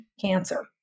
cancer